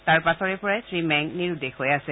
তাৰ পাছৰে পৰা শ্ৰীমেং নিৰুদ্দেশ হৈ আছে